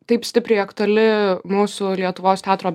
taip stipriai aktuali mūsų lietuvos teatro